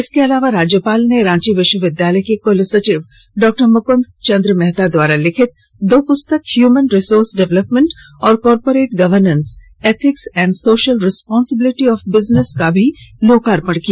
इसके अलावा राज्यपाल ने रांची विश्विद्यालय के कुलसचिव डॉ मुकुन्द चंद्र मेहता द्वारा लिखित दो पुस्तक ह्यूमन रिसोर्स डेवलपमेंट और corporate governance ethics and social responsibility of business का भी लोकार्पण किया